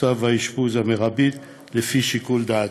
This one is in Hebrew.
צו האשפוז המרבית לפי שיקול דעתו.